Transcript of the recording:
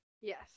Yes